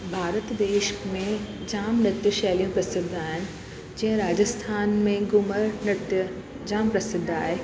भारत देश में जाम नृत्य शैलियूं प्रसिद्ध आहिनि जीअं राजस्थान में घूमर नृत्य जाम प्रसिद्ध आहे